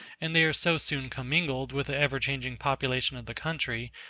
and they are so soon commingled with the ever-changing population of the country,